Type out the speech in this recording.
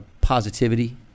positivity